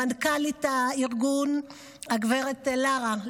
למנכ"לית הארגון הגברת לרה,